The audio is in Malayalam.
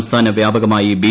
സംസ്ഥാന വ്യാപകമായി ബി